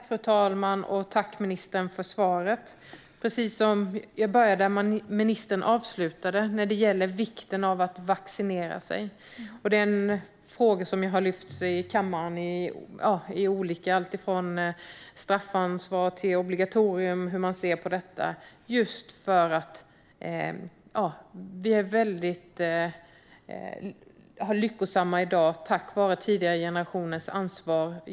Fru talman! Tack, ministern, för svaret! Jag börjar där ministern avslutade när det gäller vikten av att vaccinera sig. Det är frågor som jag har lyft fram i kammaren som handlar om allt från hur man ser på straffansvar till hur man ser på obligatorium. Vi är väldigt lyckosamma i dag tack vare tidigare generationers ansvar.